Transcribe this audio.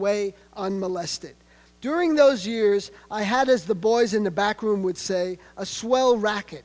way on molested during those years i had as the boys in the backroom would say a swell racket